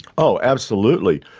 oh, absolutely.